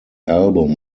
album